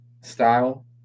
style